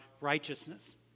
righteousness